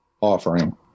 offering